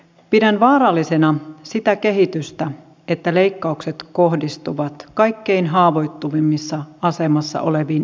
pidän vaarallisena sitä kehitystä että leikkaukset kohdistuvat kaikkein haavoittuvimmassa asemassa oleviin ihmisiin